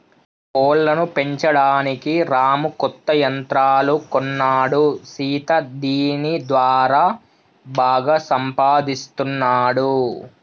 కోళ్లను పెంచడానికి రాము కొత్త యంత్రాలు కొన్నాడు సీత దీని దారా బాగా సంపాదిస్తున్నాడు